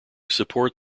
support